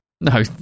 No